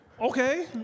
Okay